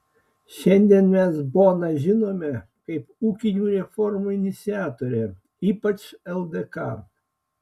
šiandien mes boną žinome kaip ūkinių reformų iniciatorę ypač ldk